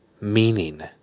meaning